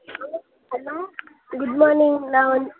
hello hello good morning நான் வந்து